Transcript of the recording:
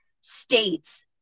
states